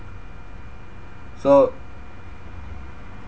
so